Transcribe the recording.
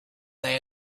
they